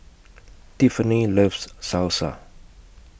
Tiffani loves Salsa